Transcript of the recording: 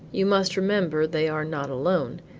you must remember they are not alone,